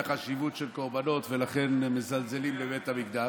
החשיבות של קורבנות ולכן מזלזלים בבית המקדש.